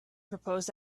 proposed